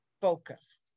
focused